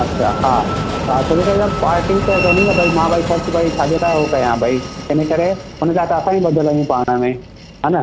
अच्छा हा एक्चुली त पार्टी त चवंदी न भई मां भई ख़र्चु भई छाजे लाइ उहो कयां भई हिन करे हुनजा असां ॿई ॿधलु आहियूं पाण में हा न